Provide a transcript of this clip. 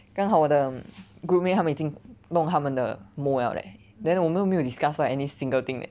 刚好我的 groupmate 他们已经弄他们的 mold liao leh then 我们都没有 discuss any single thing leh